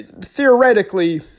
theoretically